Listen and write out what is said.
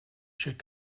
should